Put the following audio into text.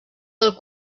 del